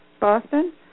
Boston